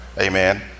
amen